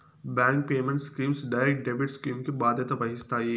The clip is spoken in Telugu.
bank payment schemes direct debit scheme కి బాధ్యత వహిస్తాయి